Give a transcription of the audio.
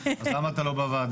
אז למה אתה לא בוועדה?